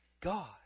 God